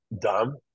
dumb